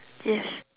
yes